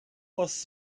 was